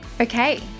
Okay